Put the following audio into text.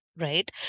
Right